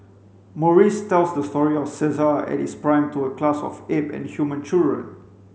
Maurice tells the story of Caesar at his prime to a class of ape and human children